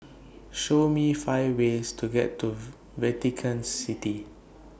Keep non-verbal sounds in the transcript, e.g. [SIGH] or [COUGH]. Show Me five ways to get to [NOISE] Vatican City